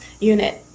unit